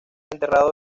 enterrado